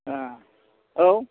ओ औ